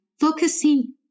focusing